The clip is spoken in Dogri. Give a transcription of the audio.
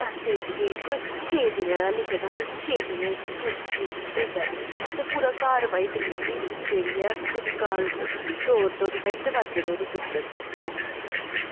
हफ्ते च गै कोई छेह् दिनें दा लिखे दा हा कि छेह् दिनें च थुआढ़ी डलीवरी होई जानी ते पूरा घर भाई डलीवरी जेह्ड़ी ऐ पूरे घर डोर तोड़ी भाई दरोआजै तोड़ी पुज्जग तु'सें ई डलीवरी